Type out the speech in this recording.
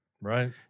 right